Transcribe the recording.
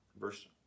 Verse